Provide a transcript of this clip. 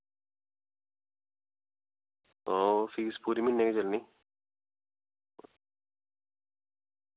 ते ओह् फीस पूरे म्हीनै दी गै चली